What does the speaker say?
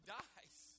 dies